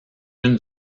une